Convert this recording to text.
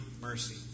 mercy